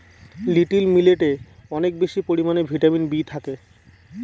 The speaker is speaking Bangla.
লিটিল মিলেটে অনেক বেশি পরিমানে ভিটামিন বি থাকে